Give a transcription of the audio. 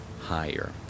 higher